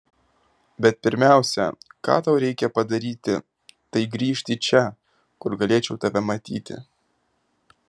bet pirmiausia ką tau reikia padaryti tai grįžt čia kur galėčiau tave matyti